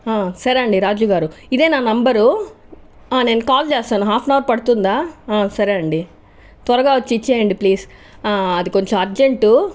సరే అండి రాజు గారు ఇదేనా నంబరు నేను కాల్ చేస్తాను హాఫ్ అన్ హవర్ పడుతుందా సరే అండి త్వరగా వచ్చి ఇచ్చేయండి ప్లీస్ అది కొంచం అర్జెంట్